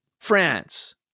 France